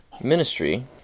ministry